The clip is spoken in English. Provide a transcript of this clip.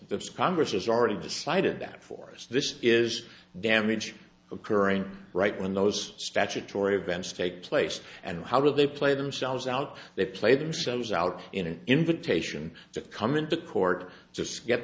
the congress has already decided that for us this is damage occurring right when those statutory events take place and how do they play themselves out they play themselves out in an invitation to come into court just get